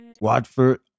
Watford